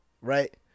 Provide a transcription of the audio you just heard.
right